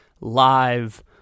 live